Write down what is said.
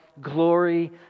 glory